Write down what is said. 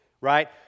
Right